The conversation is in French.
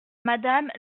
madame